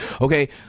okay